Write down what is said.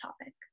topic